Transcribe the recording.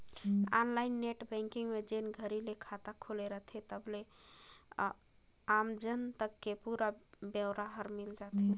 online net banking में जेन घरी ले खाता खुले रथे तबले आमज तक के पुरा ब्योरा हर मिल जाथे